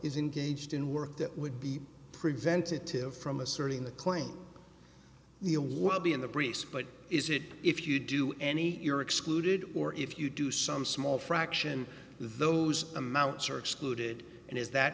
is engaged in work that would be preventative from asserting the claim the a well be in the priest but is it if you do any you're excluded or if you do some small fraction those amounts are excluded and is that